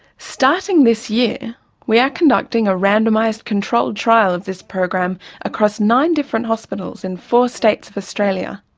starting this year we are conducting a randomised control trial of this program across nine different hospitals in four states of australia,